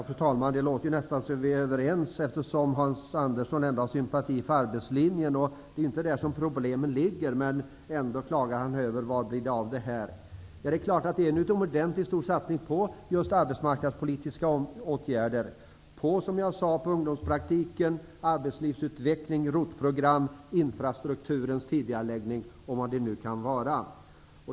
Fru talman! Det låter nästan som om vi är överens, eftersom Hans Andersson har sympati för arbetslinjen. Det är inte där problemet ligger, men ändå klagar han: Vad blir det av det här? Det sker, som jag sade, en utomordentligt stor satsning på arbetsmarknadspolitiska åtgärder, på ungdomspraktik, arbetslivsutveckling, ROT program, tidigareläggning av infrastrukturinvesteringar och vad det nu kan vara.